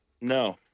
No